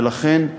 ולכן,